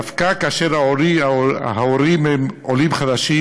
דווקא כאשר ההורים הם עולים חדשים,